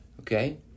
okay